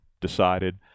decided